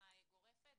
תמיכה גורפת.